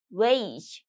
wage